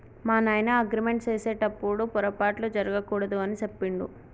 మా నాయన అగ్రిమెంట్ సేసెటప్పుడు పోరపాట్లు జరగకూడదు అని సెప్పిండు